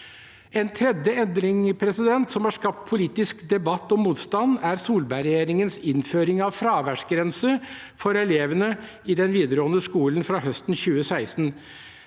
En tredje endring som har skapt politisk debatt og motstand, er Solberg-regjeringens innføring av fraværsgrense for elevene i den videregående skolen fra høsten 2016.